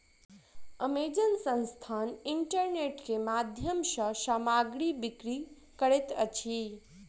Amazon संस्थान internet के माध्यम सॅ सामग्री बिक्री करैत अछि